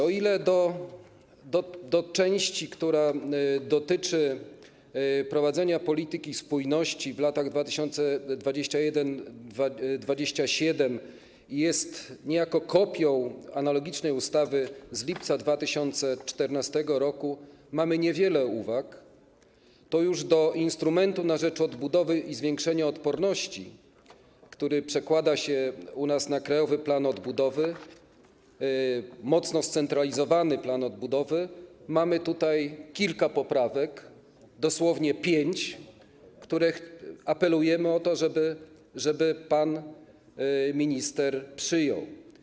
O ile do części, która dotyczy prowadzenia polityki spójności w latach 2021-2027 i jest niejako kopią analogicznej ustawy z lipca 2014 r., mamy niewiele uwag, o tyle do instrumentu dotyczącego odbudowy i zwiększenia odporności, który przekłada się u nas na Krajowy Plan Odbudowy, mocno scentralizowany plan odbudowy, mamy kilka poprawek - dosłownie pięć - i apelujemy o to, żeby pan minister je przyjął.